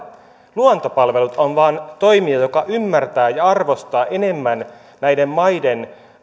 luontopalvelut on vain toimija joka ymmärtää ja arvostaa enemmän näiden maiden